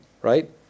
right